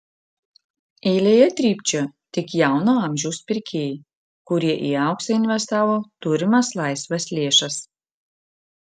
eilėje trypčiojo tik jauno amžiaus pirkėjai kurie į auksą investavo turimas laisvas lėšas